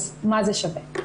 אז מה זה שווה?